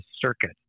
circuit